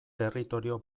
territorio